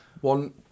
one